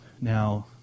Now